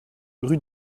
rue